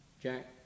Jack